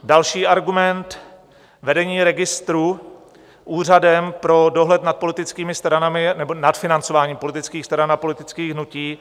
Další argument, vedení registru Úřadem pro dohled nad politickými stranami nebo nad financováním politických stran a politických hnutí.